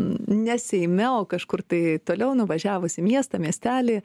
ne seime o kažkur tai toliau nuvažiavus į miestą miestelį